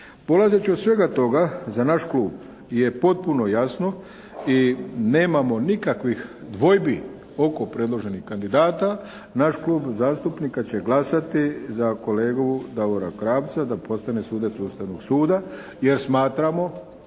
Polazeći od svega toga za naš Klub je potpuno jasno i nemamo nikakvih dvojbi oko predloženih kandidata. Naš Klub zastupnika će glasati za kolegu Davora Krapca da postane sudac Ustavnog suda jer smatramo